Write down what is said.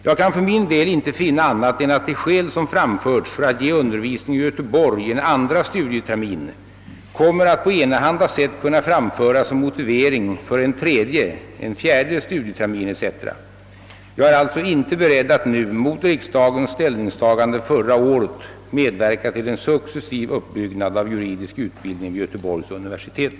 Jag kan för min del inte finna annat än att de skäl som framförts för att ge undervisning i Göteborg en andra studietermin kommer att på enahanda sätt kunna framföras som motivering för en tredje, en fjärde studietermin etc. Jag är alltså inte beredd att nu — mot riksdagens ställningstagande förra året — medverka till en successiv uppbyggnad av juridisk utbildning vid Göteborgs universitet.